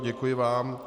Děkuji vám.